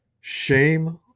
shame